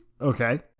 Okay